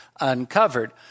uncovered